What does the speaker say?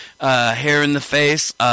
hair-in-the-face